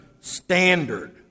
standard